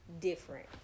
different